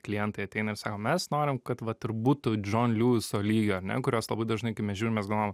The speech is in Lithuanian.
klientai ateina ir sako mes norim kad vat ir būtų džon liuiso lygio ar ne kurios labai dažnai mes žiūrim mes galvojam